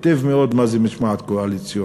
טוב מאוד, מה זאת משמעת קואליציונית.